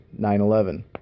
9-11